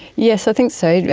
yes, i think so, yeah